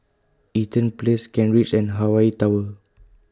Eaton Place Kent Ridge and Hawaii Tower